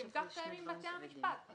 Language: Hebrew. לשם כך קיימים בתי המשפט.